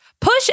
Push